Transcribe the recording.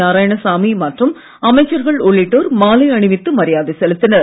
நாராயணசாமி மற்றும் அமைச்சர்கள் உள்ளிட்டோர் மாலை அணிவித்து மரியாதை செலுத்தினர்